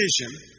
vision